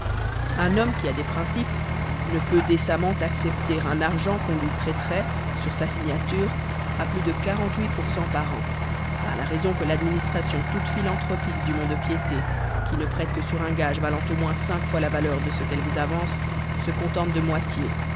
un homme qui a des principes ne peut décemment accepter un argent qu'on lui prêterait sur sa signature à plus de pour par an par la raison que l'administration toute philantropique du mont-de-piété qui ne prête que sur un gage valant au moins cinq fois la valeur de ce qu'elle vous avance se contente de moitié